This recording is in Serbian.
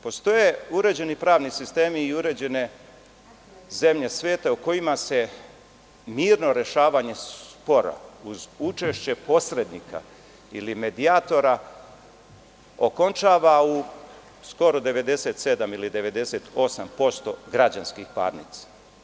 Postoje uređeni pravni sistemi i uređene zemlje sveta u kojima se mirno rešavanje spora uz učešće posrednika ili medijatora, okončava u skoro 97% ili 98% građanskih parnica.